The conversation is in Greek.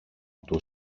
του